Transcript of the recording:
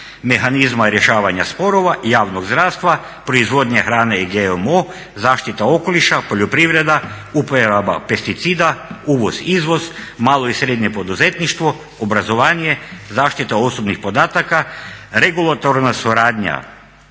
mehanizma rješavanja sporova, javnog zdravstva, proizvodnja hrane i GMO, zaštita okoliša, poljoprivreda, uporaba pesticida, uvoz, izvoz, malo i srednje poduzetništvo, obrazovanje, zaštita osobnih podataka, regulatorna suradnja